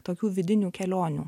tokių vidinių kelionių